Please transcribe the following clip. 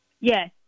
Yes